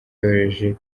yohereje